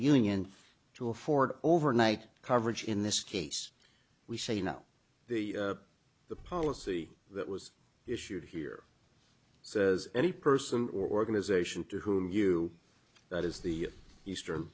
union to afford overnight coverage in this case we say no the the policy that was issued here says any person or organization to whom you that is the eastern